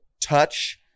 touch